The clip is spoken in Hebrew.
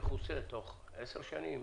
יכוסה תוך 10 שנים,